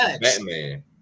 Batman